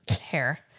hair